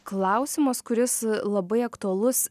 klausimas kuris labai aktualus